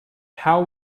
how